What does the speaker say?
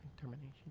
termination